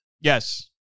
Yes